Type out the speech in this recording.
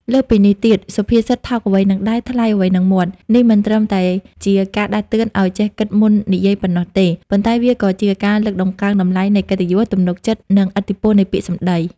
លើសពីនេះទៀត សុភាសិត "ថោកអ្វីនឹងដៃ ថ្លៃអ្វីនឹងមាត់"នេះមិនត្រឹមតែជាការដាស់តឿនឱ្យចេះគិតមុននិយាយប៉ុណ្ណោះទេ ប៉ុន្តែវាក៏ជាការលើកតម្កើងតម្លៃនៃកិត្តិយស ទំនុកចិត្ត និងឥទ្ធិពលនៃពាក្យសម្ដី។